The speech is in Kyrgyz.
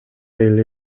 эле